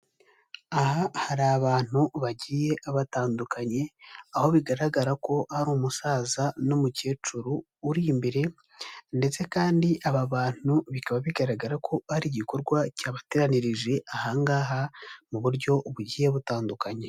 Aha hari abantu bagiye batandukanye, aho bigaragara ko ari umusaza n'umukecuru uri imbere ndetse kandi aba bantu bikaba bigaragara ko ari igikorwa cyabateranirije aha ngaha mu buryo bugiye butandukanye.